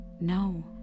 no